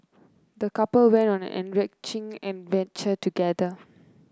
the couple went on an enriching adventure together